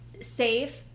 safe